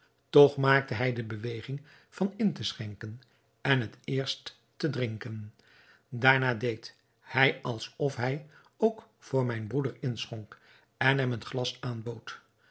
toch maakte hij de beweging van in te schenken en het eerst te drinken daarna deed hij alsof hij ook voor mijn broeder inschonk en hem het glas aanbood